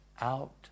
out